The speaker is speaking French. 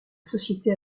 société